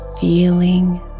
feeling